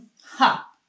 Ha